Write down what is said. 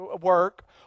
work